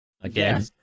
Again